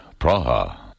Praha